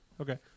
Okay